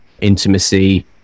intimacy